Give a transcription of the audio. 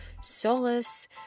solace